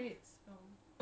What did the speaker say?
you watch two episodes